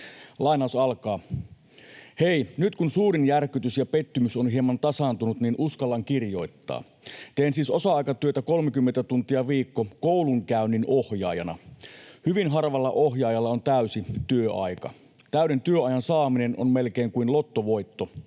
työntekijöihin. ”Hei! Nyt, kun suurin järkytys ja pettymys on hieman tasaantunut, uskallan kirjoittaa. Teen siis osa-aikatyötä 30 tuntia viikossa koulunkäynninohjaajana. Hyvin harvalla ohjaajalla on täysi työaika. Täyden työajan saaminen on melkein kuin lottovoitto.